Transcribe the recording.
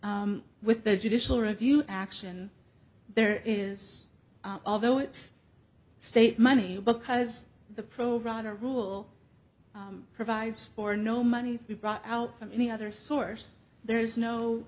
with the judicial review action there is although it's state money because the pro rata rule provides for no money to be brought out from any other source there is